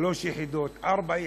שלוש יחידות, ארבע יחידות,